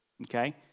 okay